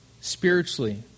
spiritually